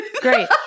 Great